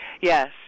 Yes